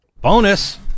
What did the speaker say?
bonus